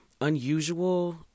unusual